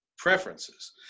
preferences